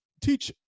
teach